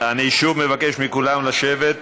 אני שוב מבקש מכולם לשבת.